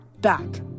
back